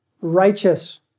righteous